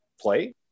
play